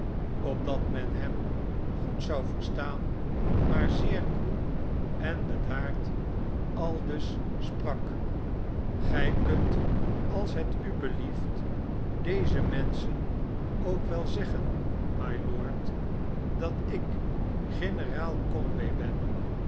opdat men hem goed zou verstaan maar zeer koel en bedaard aldus sprak gij kunt als het u belieft deze mehschen ook wel zegge mylord dat ik generaal conway ben